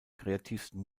kreativsten